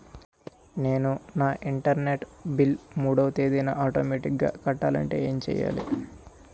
నేను నా internet bill మూడవ తేదీన ఆటోమేటిగ్గా కట్టాలంటే ఏం చేయాలి?